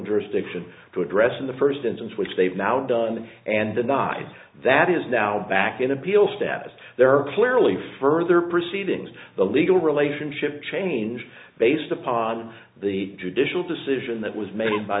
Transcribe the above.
jurisdiction to address in the first instance which they've now done and the not that is now back in appeal status there are clearly further proceedings the legal relationship changed based upon the judicial decision that was made by